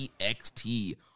EXT